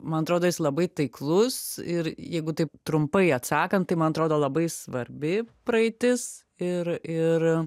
man atrodo jis labai taiklus ir jeigu taip trumpai atsakant tai man atrodo labai svarbi praeitis ir ir